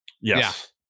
Yes